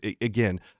again